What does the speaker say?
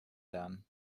lernen